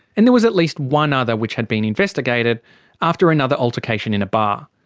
and there was at least one other which had been investigated after another altercation in a bar.